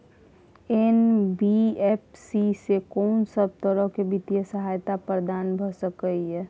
NBFC स कोन सब तरह के वित्तीय सहायता प्रदान भ सके इ? इ